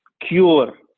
cure